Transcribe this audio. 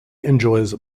enjoys